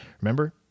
Remember